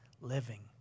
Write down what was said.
living